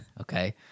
Okay